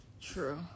True